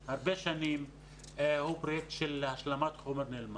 שנים הוא פרויקט של השלמת חומר נלמד.